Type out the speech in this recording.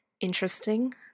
interesting